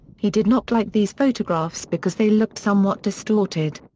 he did not like these photographs because they looked somewhat distorted.